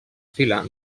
fila